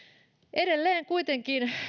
edelleen kuitenkin